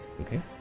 okay